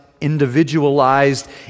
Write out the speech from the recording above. Individualized